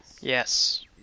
Yes